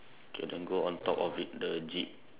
okay then go on top of it the jeep